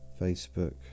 Facebook